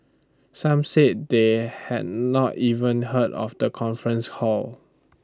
some said they had not even heard of the conference hall